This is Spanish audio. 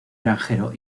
granjero